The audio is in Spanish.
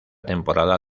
temporada